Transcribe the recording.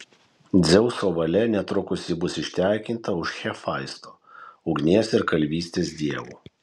dzeuso valia netrukus ji buvo ištekinta už hefaisto ugnies ir kalvystės dievo